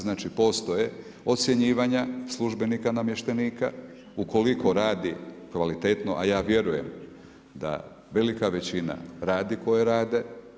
Znači postoje ocjenjivanja službenika, namještenika ukoliko radi kvalitetno, ali ja vjerujem da velika većina radi koji rade.